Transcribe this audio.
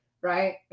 Right